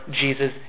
Jesus